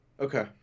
okay